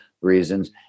reasons